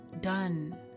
done